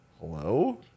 hello